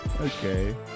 Okay